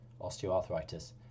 osteoarthritis